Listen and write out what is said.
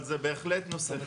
אבל זה בהחלט נושא חדש.